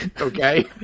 okay